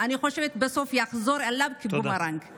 אני חושבת שבסוף זה יחזור אליו כבומרנג.